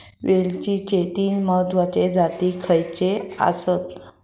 वेलचीचे तीन महत्वाचे जाती खयचे आसत?